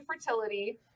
fertility